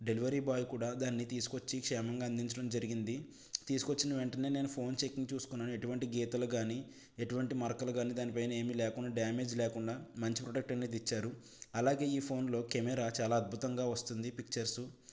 delivery boy కూడా దాన్ని తీసుకొచ్చి క్షేమంగా అందించడం జరిగింది తీసుకొచ్చిన వెంటనే నేను ఫోన్ చెకింగ్ చూసుకున్నాను ఎటువంటి గీతలు కానీ ఎటువంటి మరకలు కానీ దానిపైన ఏమి లేకుండా డ్యామేజ్ లేకుండా మంచి ప్రోడక్ట్ అనేది ఇచ్చారు అలాగే ఈ ఫోన్లో కెమెరా చాలా అద్భుతంగా వస్తుంది పిక్చర్సు